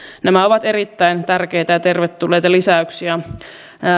nämä ovat erittäin tärkeitä ja tervetulleita lisäyksiä